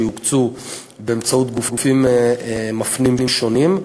שיוקצו באמצעות גופים מפנים שונים,